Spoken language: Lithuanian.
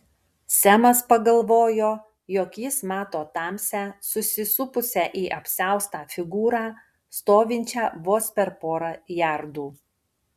semas pagalvojo jog jis mato tamsią susisupusią į apsiaustą figūrą stovinčią vos per porą jardų